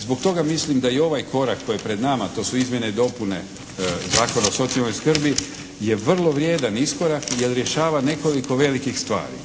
Zbog toga mislim da i ovaj korak koji je pred nama, to su izmjene i dopuna Zakona o socijalnoj skrbi je vrlo vrijedan iskorak jer rješava nekoliko velikih stvari.